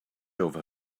over